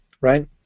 Right